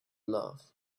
love